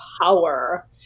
Power